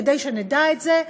כדי שנדע את זה,